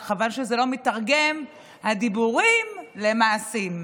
רק חבל שהדיבורים לא מיתרגמים למעשים.